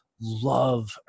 love